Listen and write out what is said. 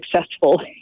successful